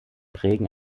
prägen